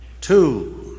Two